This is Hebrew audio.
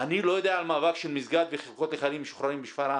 אני לא יודע על מאבק של מסגד וחלקות לחיילים משוחררים בשפרעם.